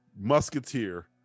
Musketeer